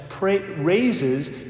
raises